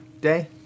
day